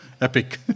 epic